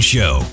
Show